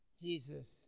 Jesus